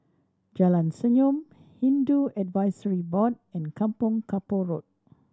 Jalan Senyum Hindu Advisory Board and Kampong Kapor Road